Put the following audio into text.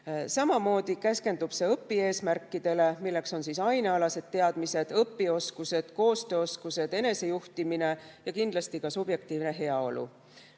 Samamoodi keskendub see õpieesmärkidele, milleks on ainealased teadmised, õpioskused, koostööoskused, enesejuhtimine ja kindlasti ka subjektiivne heaolu.